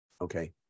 Okay